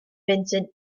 vincent